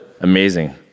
Amazing